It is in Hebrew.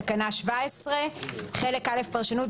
תקנה 17. חלק א': פרשנות.